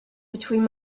between